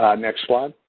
um next slide,